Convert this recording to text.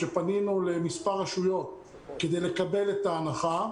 כשפנינו למספר רשויות כדי לקבל את ההנחה,